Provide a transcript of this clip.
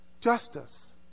justice